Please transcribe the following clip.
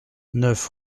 neuf